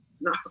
No